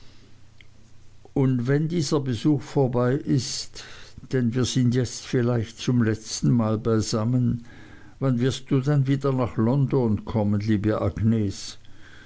und wenn dieser besuch vorbei ist denn wir sind jetzt vielleicht zum letzten mal allein beisammen wann wirst du dann wieder nach london kommen liebe agnes